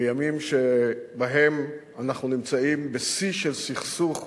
בימים שבהם אנחנו נמצאים בשיא של סכסוך פנימי,